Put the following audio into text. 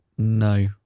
No